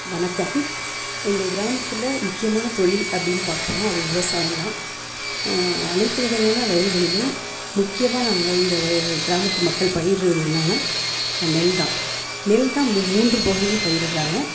வணக்கம் எங்கள் கிராமத்தில் முக்கியமான தொழில் அப்படின்னு பார்க்க போனால் அது விவசாயம் தான் அனைத்து வகையான வயல்களிலும் முக்கியமாக நாங்கள் இந்த கிராமத்து மக்கள் பயிரிடறது என்னான்னா நெல் தான் நெல் தான் மூன்று போகமும் பயிரிடறாங்க